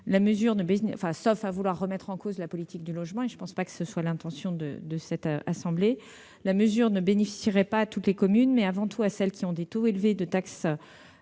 sauf à vouloir remettre en cause la politique du logement ; je ne pense pas que telle soit l'intention de la Haute Assemblée. Une telle mesure profiterait non pas à toutes les communes, mais avant tout à celles qui pratiquent des taux élevés de taxe